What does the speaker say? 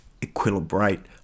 equilibrate